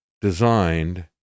designed